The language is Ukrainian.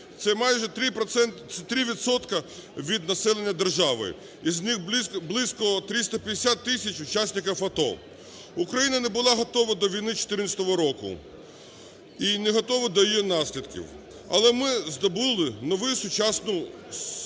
Це майже 3 відсотки від населення держави. Із них близько 350 тисяч – учасників АТО. Україна не була готова до війни 2014 року і не готова до її наслідків. Але ми здобули нову сучасну